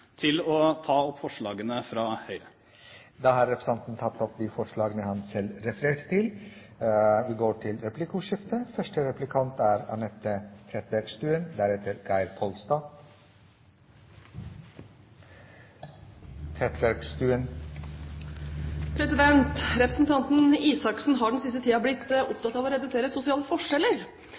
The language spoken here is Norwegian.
til å ta opp de forslagene som Høyre har alene og sammen med Kristelig Folkeparti. Representanten Torbjørn Røe Isaksen har tatt opp de forslagene han refererte til. Det blir replikkordskifte. Representanten Røe Isaksen har den siste tiden blitt opptatt av å redusere sosiale forskjeller.